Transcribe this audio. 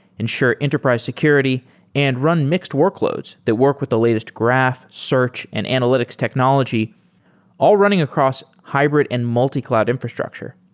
ensure enterprise security and run mixed workloads that work with the latest graph, search and analytics technology all running across hybrid and multi-cloud infrastructure.